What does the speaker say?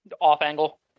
Off-angle